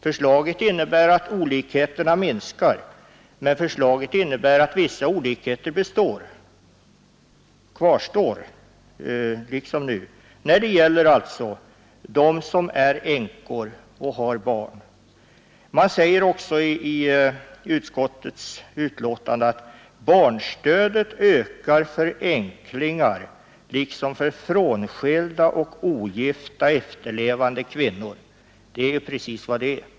Förslaget innebär att olikheterna minskar, men förslaget innebär också att vissa olikheter kvarstår när det gäller änkor med barn. I utskottets betänkande sägs att ”barnstödet ökar för änklingar liksom för frånskilda och ogifta efterlevande kvinnor”. Precis så är förhållandet.